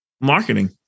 marketing